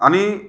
आणि